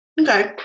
Okay